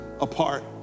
apart